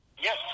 Yes